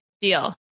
Deal